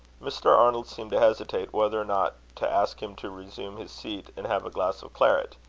mr. arnold seemed to hesitate whether or not to ask him to resume his seat and have a glass of claret.